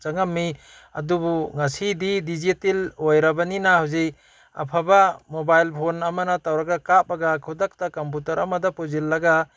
ꯆꯪꯉꯝꯃꯤ ꯑꯗꯨꯕꯨ ꯉꯁꯤꯗꯤ ꯗꯤꯖꯤꯇꯦꯜ ꯑꯣꯏꯔꯕꯅꯤꯅ ꯍꯧꯖꯤꯛ ꯑꯐꯕ ꯃꯣꯕꯥꯏꯜ ꯐꯣꯟ ꯑꯃꯅ ꯇꯧꯔꯒ ꯀꯥꯞꯄꯒ ꯈꯨꯗꯛꯇ ꯀꯝꯄ꯭ꯌꯨꯇꯔ ꯑꯃꯗ ꯄꯨꯁꯤꯜꯂꯒ